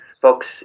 folks